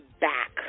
back